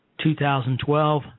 2012